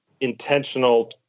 intentional